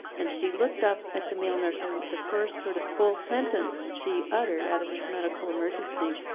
and she looked up at the male nurse. and the first sort of full sentence she uttered out of this medical emergency,